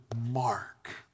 Mark